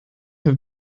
have